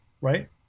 Right